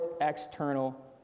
external